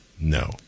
No